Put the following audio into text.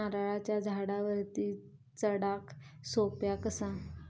नारळाच्या झाडावरती चडाक सोप्या कसा?